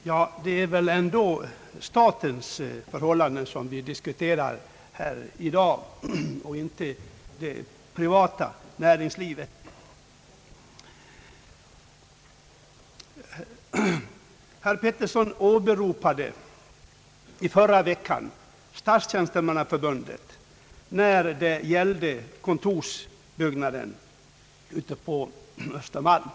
Herr talman! Det är väl ändå statens förhållanden vi diskuterar här i dag och inte det privata näringslivets. Herr Petersson åberopade i förra veckan Statstjänstemannaförbundet i debatten om den statliga kontorsbyggnaden på Östermalm.